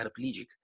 paraplegic